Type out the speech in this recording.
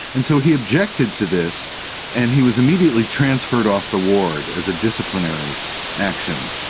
and so he objected to this and he was immediately transferred off the ward as a disciplinary action.